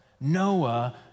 Noah